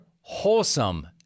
wholesome